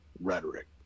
rhetoric